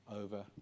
over